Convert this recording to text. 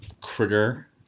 critter